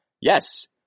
Yes